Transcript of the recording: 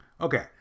Okay